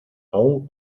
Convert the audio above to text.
aún